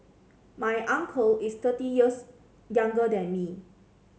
my uncle is thirty years younger than me